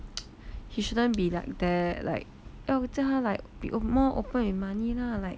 he shouldn't be like that like 要叫他 like be more open in money lah like